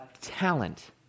talent